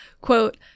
Quote